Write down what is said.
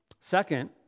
second